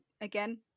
again